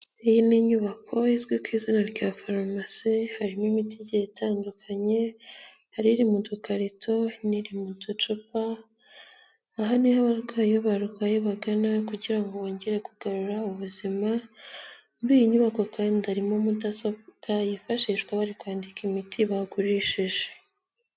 Iyi ni inyubako izwi ku izina rya farumasi, harimo imiti igi itandukanye, hariri mu dukarito n'iri muducupa. Aha niho abarwayi barwaye bagana kugira ngo bongere kugarura ubuzima. Muri iyi nyubako kandi harimo mudasobwa yifashishwa bari kwandika imiti bagurishije.